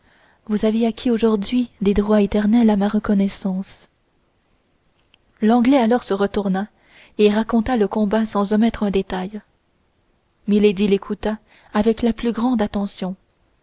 vous avez acquis aujourd'hui des droits éternels à ma reconnaissance l'anglais alors se retourna et raconta le combat sans omettre un détail milady l'écouta avec la plus grande attention